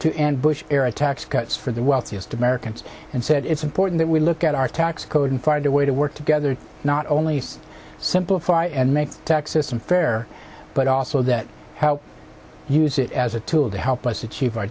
to end bush era tax cuts for the wealthiest americans and said it's important that we look at our tax code and far and away to work together not only simplify and make the tax system fair but also that how you use it as a tool to help us ach